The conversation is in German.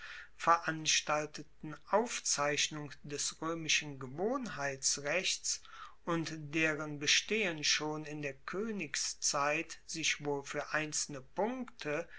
veranstalteten aufzeichnung des roemischen gewohnheitsrechts und deren bestehen schon in der koenigszeit sich wohl fuer einzelne punkte